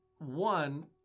One